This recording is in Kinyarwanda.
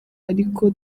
ariko